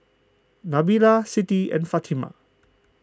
Nabila Siti and Fatimah